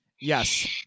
Yes